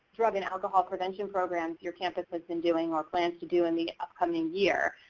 drug and alcohol prevention programs your campus has been doing or plans to do in the upcoming year,